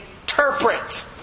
interpret